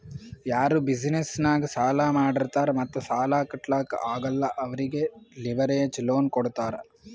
ಯಾರು ಬಿಸಿನೆಸ್ ನಾಗ್ ಸಾಲಾ ಮಾಡಿರ್ತಾರ್ ಮತ್ತ ಸಾಲಾ ಕಟ್ಲಾಕ್ ಆಗಲ್ಲ ಅವ್ರಿಗೆ ಲಿವರೇಜ್ ಲೋನ್ ಕೊಡ್ತಾರ್